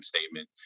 statement